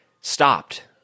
stopped